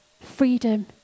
freedom